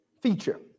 feature